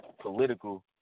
political